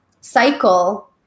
cycle